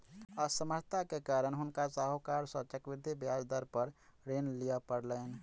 असमर्थता के कारण हुनका साहूकार सॅ चक्रवृद्धि ब्याज दर पर ऋण लिअ पड़लैन